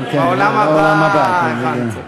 בעולם הבא, הבנתי.